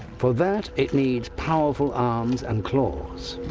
for that, it needs powerful arms and claws.